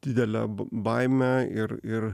didelę baimę ir ir